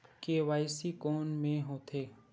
KYC कोन में होथे?